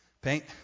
Paint